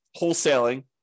wholesaling